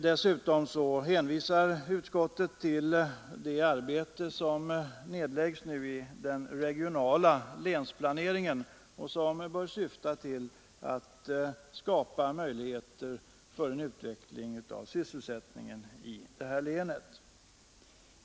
Dessutom hänvisar utskottet till det arbete som nu nedläggs i den regionala länsplaneringen och som bör syfta till att skapa möjligheter för en utveckling av sysselsättningen i detta län.